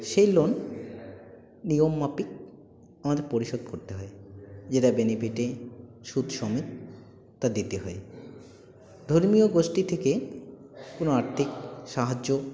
সেই লোন নিয়মমাফিক আমাদের পরিশোধ করতে হয় যেটা বেনিফিটে সুদ সমেত তা দিতে হয় ধর্মীয় গোষ্ঠী থেকে কোনো আর্থিক সাহায্য